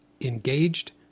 engaged